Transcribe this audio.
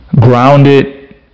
grounded